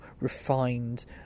refined